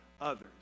others